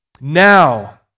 now